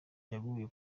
yaguye